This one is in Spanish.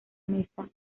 mesa